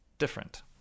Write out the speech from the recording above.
different